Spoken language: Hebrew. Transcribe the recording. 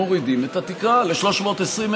מורידים את התקרה ל-320,000,